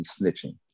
snitching